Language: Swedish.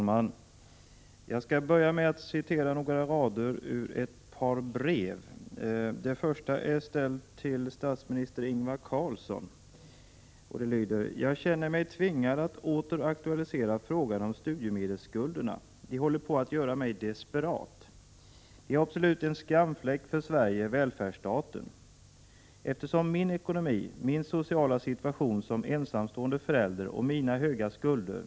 Herr talman! Jag skall börja med att citera några rader ur ett par brev. Det första är ställt till statsminister Ingvar Carlsson och det lyder: ”Jag känner mig tvingad att åter aktualisera frågan om studiemedelsskulderna. De håller på att göra mig desperat. De är absolut en skamfläck för Sverige, välfärdsstaten. Eftersom min ekonomi, min sociala situation som ensamstående förälder och mina höga skulder (kr.